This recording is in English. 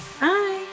Bye